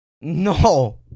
No